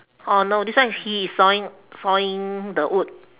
oh no this one he is sawing sawing the wood